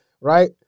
right